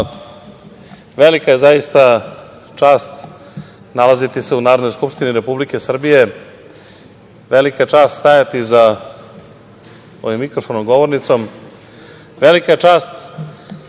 velika je čast nalaziti se u Narodnoj skupštini Republike Srbije, velika čast stajati za ovim mikrofonom, govornicom, velika čast